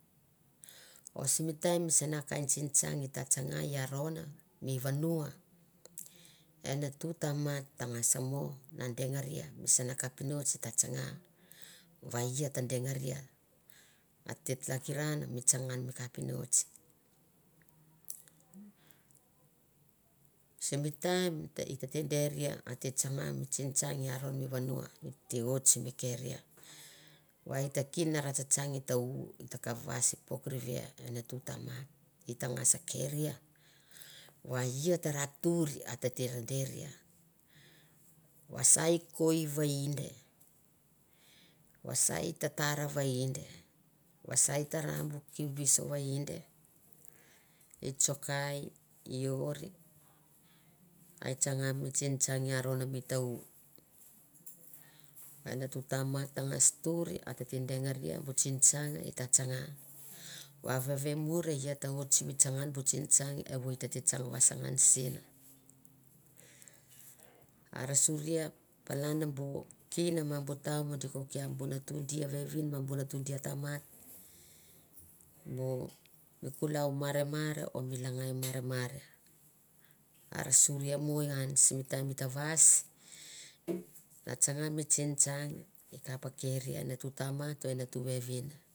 O simi taim misana kain tsintsang i ta tsanga i aron mi vanua e natu tamat ta ngas mo na dengaria misana kapinots i ta tsanga va ia ta dengaria, a te hakiran mi tsanga ian mi kapinots. Simi taim i tete deria a te tsanga mi tsintsang i aron mi vanua, e te oit keria, va e ta kin nge ra tsatsang i ta- u, i ta kap vais pok rivia e nat tamat i ta ngas keria va e ia tara tuir a tete ra deria vasa e koi vainde, vasa e tatar vainde, vasa e tara bu kiu vius vainde, i tsoko, i oir, a e tsanga mi tsintsang i aron mi ta- u, e natu tamat ta ngas tuir a tete dengaria bu tsintsang e ta tsanga. Va vevemurr e ia ta oit simi tsanga ian bu tsintsang evoi tete tsang vasangan sen. Ar surai palan bu kin ma bu tam di ko kia bu natu diavevin ma bu natu dia tamat bu mi kulau marmar o mi langai marmar, ar suria mo ngan sim taim i ta vais na tsanga mi tsinstang i kap keri e natu tamat o e natu vevin.